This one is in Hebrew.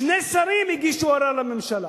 שני שרים הגישו ערר לממשלה.